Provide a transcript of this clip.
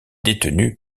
détenue